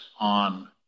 on